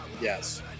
Yes